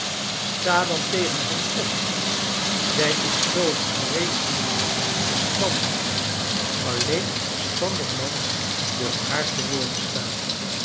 sta dan tegen hen op zij is zoo reeselijk verstandig alleen een verstandig man durft haar te woord staan